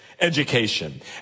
education